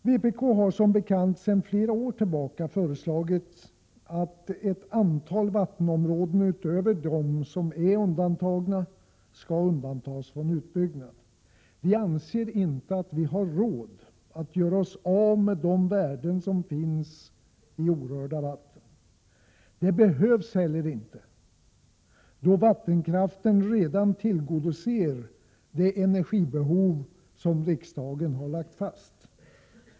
Vpk har som bekant sedan flera år tillbaka föreslagit att ett antal vattenområden, utöver dem som är undantagna, skall undantas från utbyggnad. Vi anser inte att vi har råd att göra oss av med de värden som finns i orörda vatten. Det behövs heller inte, då vattenkraften redan tillgodoser det energibehov som riksdagen lagt fast.